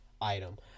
item